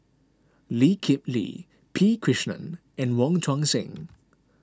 Lee Kip Lee P Krishnan and Wong Tuang Seng